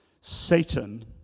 Satan